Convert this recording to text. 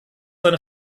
seine